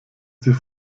sie